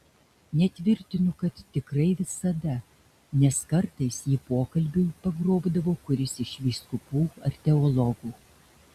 netvirtinu kad tikrai visada nes kartais jį pokalbiui pagrobdavo kuris iš vyskupų ar teologų